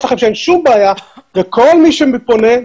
לכם שאין שום בעיה וכל מי שפונה,